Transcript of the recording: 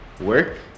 work